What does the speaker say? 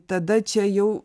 tada čia jau